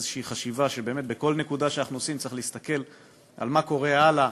איזושהי חשיבה שבכל נקודה שאנחנו עושים צריך להסתכל מה קורה הלאה,